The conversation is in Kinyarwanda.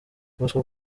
bosco